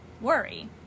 worry